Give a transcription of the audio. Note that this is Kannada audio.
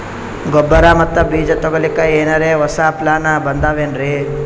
ಗೊಬ್ಬರ ಮತ್ತ ಬೀಜ ತೊಗೊಲಿಕ್ಕ ಎನರೆ ಹೊಸಾ ಪ್ಲಾನ ಬಂದಾವೆನ್ರಿ?